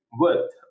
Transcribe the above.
Worth